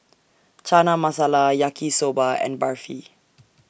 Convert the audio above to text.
Chana Masala Yaki Soba and Barfi